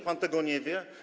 Pan tego nie wie?